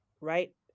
right